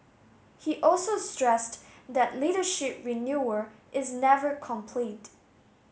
he also stressed that leadership renewal is never complete